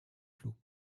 flots